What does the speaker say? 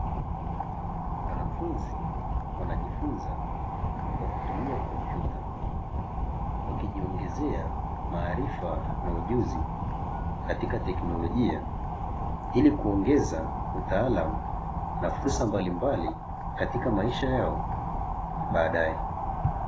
Wanafunzi wanajifunza kwa kutumia kompyuta, wakijiongezea maarifa na ujuzi katika teknolojia, ili kuongeza utaalamu na fursa mbalimbali katika maisha yao baadaye.